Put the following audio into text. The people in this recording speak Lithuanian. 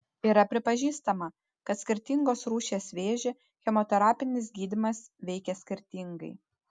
yra pripažįstama kad skirtingos rūšies vėžį chemoterapinis gydymas veikia skirtingai